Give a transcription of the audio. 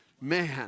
Man